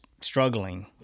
struggling